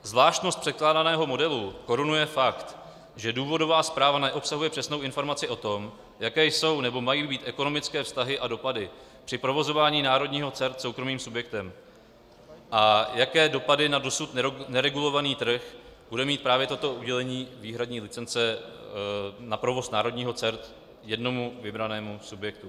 Zvláštnost předkládaného modelu korunuje fakt, že důvodová zpráva neobsahuje přesnou informaci o tom, jaké jsou nebo mají být ekonomické vztahy a dopady při provozováním národního CERT soukromým subjektem a jaké dopady na dosud neregulovaný trh bude mít právě toto udělení výhradní licence na provoz národního CERT jednomu vybranému subjektu.